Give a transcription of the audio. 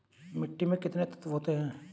मिट्टी में कितने तत्व होते हैं?